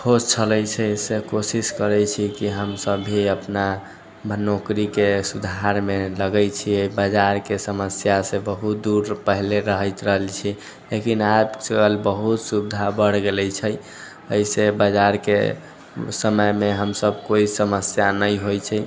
हो छलै से कोशिश करै छी कि हमसब भी अपना नौकरीके सुधारमे लगै छिए बाजारके समस्यासँ बहुत दूर पहिले रहैत रहल छी लेकिन आजकल बहुत सुविधा बढ़ि गेल छै एहिसँ बाजारके समयमे हमसब कोइ समस्या नहि होइ छै